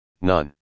none